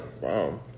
wow